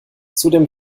zudem